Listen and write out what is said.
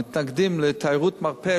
מתנגדים לתיירות מרפא,